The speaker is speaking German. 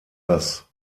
das